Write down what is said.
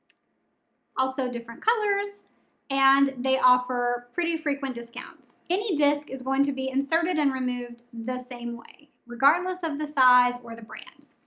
also different colors and they offer pretty frequent discounts. any disc is going to be inserted and removed the same way, regardless of the size or the brand.